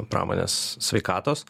pramonės sveikatos